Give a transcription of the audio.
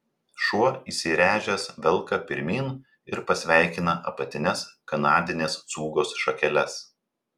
šuo įsiręžęs velka pirmyn ir pasveikina apatines kanadinės cūgos šakeles